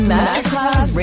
Masterclass